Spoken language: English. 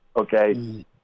Okay